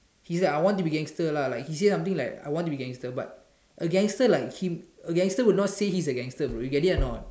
he say I want to be gangster lah like he say something like I want to be gangster like but a gangster like him a gangster would not say he's a gangster bro you get it or not